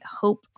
hope